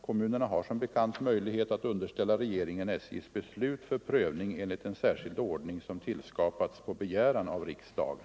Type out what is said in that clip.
Kommunerna har som bekant möjlighet att underställa regeringen SJ:s beslut för prövning enligt en särskild ordning som tillskapats på begäran av riksdagen.